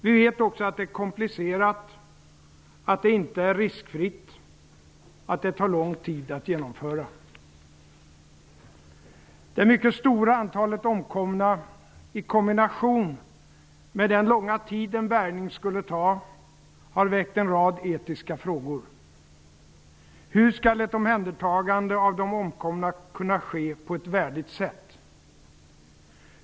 Vi vet också att det är komplicerat, att det inte är riskfritt och att det tar lång tid att genomföra. Det mycket stora antalet omkomna i kombination med den långa tid en bärgning skulle ta har väckt en rad etiska frågor. Hur skall ett omhändertagande av de omkomna kunna ske på ett värdigt sätt?